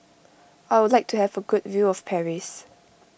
I would like to have a good view of Paris